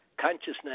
consciousness